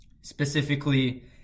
Specifically